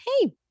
hey